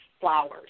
flowers